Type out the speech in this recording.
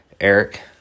Eric